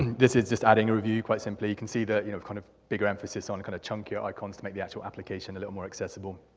this is just adding a review. quite simply, you can see the you know kind of bigger emphasis on kind of chunkier icons to make the actual application a little more accessible.